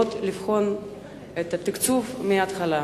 האפשרויות ולבחון את התקצוב מהתחלה.